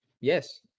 Yes